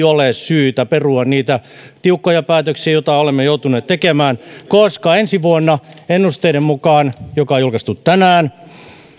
ole syytä perua niitä tiukkoja päätöksiä joita olemme joutuneet tekemään koska ensi vuonna ennusteiden mukaan jotka on julkaistu tänään